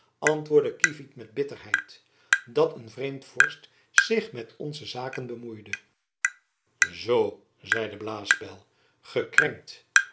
antwoordde kievit met bitterheid dat een vreemd vorst zich met onze zaken bemoeide jacob van lennep elizabeth musch zoo zeide blaespeil